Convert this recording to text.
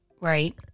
right